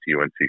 UNC